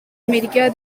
america